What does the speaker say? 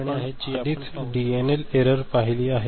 आपण आधीच DNL error पाहिली आहे